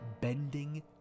bending